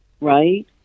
right